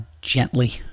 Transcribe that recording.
gently